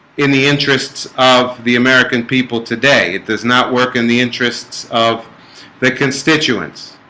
in the interests of the american people today, it does not work in the interests of the constituents